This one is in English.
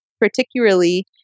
particularly